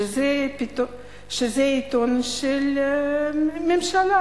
שזה עיתון של ממשלה,